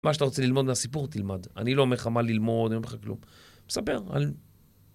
מה שאתה רוצה ללמוד מהסיפור תלמד, אני לא אומר לך מה ללמוד, אני לא אומר לך כלום, מספר על...